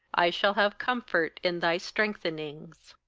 i shall have comfort in thy strengthenings.